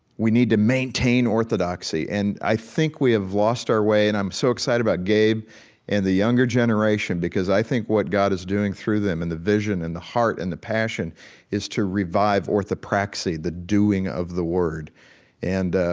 we need to maintain orthodoxy, and i think we have lost our way and i'm so excited about gabe and the younger generation because i think what god is doing through them and the vision and the heart and the passion is to revive orthopraxy, the doing of the word and,